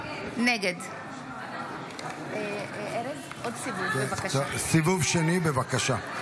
נגד סיבוב שני, בבקשה.